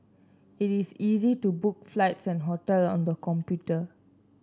it is easy to book flights and hotel on the computer